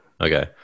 Okay